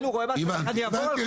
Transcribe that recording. הבנתי.